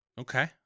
Okay